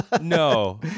No